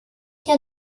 hier